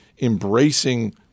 embracing